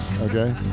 Okay